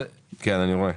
כן, אני רואה.